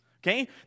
Okay